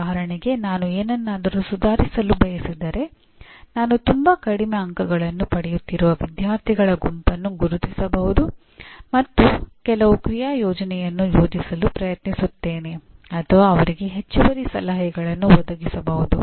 ಉದಾಹರಣೆಗೆ ನಾನು ಏನನ್ನಾದರೂ ಸುಧಾರಿಸಲು ಬಯಸಿದರೆ ನಾನು ತುಂಬಾ ಕಡಿಮೆ ಅಂಕಗಳನ್ನು ಪಡೆಯುತ್ತಿರುವ ವಿದ್ಯಾರ್ಥಿಗಳ ಗುಂಪನ್ನು ಗುರುತಿಸಬಹುದು ಮತ್ತು ಕೆಲವು ಕ್ರಿಯಾ ಯೋಜನೆಯನ್ನು ಯೋಜಿಸಲು ಪ್ರಯತ್ನಿಸುತ್ತೇನೆ ಅಥವಾ ಅವರಿಗೆ ಹೆಚ್ಚುವರಿ ಸಲಹೆಗಳನ್ನು ಒದಗಿಸಬಹುದು